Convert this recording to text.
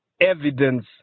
evidence